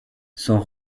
sont